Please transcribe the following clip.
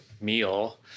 meal